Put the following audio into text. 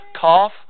cough